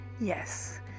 Yes